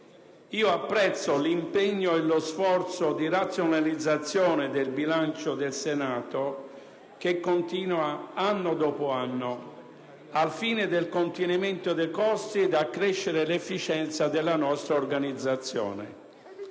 apprezzo l'impegno e lo sforzo di razionalizzazione del bilancio del Senato, che continua anno dopo anno, al fine del contenimento dei costi e dell'accrescimento dell'efficienza della nostra organizzazione.